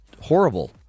horrible